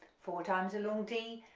four times along d,